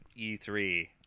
E3